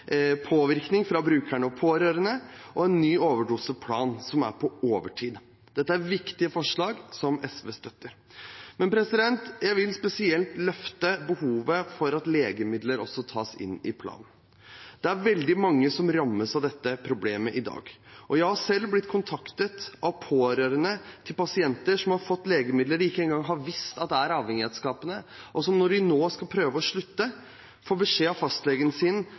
pårørende, og en ny overdoseplan, som er på overtid. Dette er viktige forslag, som SV støtter. Jeg vil spesielt løfte behovet for at legemidler også tas inn i planen. Det er veldig mange som rammes av dette problemet i dag – jeg har selv blitt kontaktet av pårørende til pasienter som har fått legemidler de ikke engang har visst er avhengighetsskapende, og som når de skal prøve å slutte, får beskjed av fastlegen sin